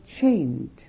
chained